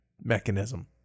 mechanism